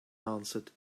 answered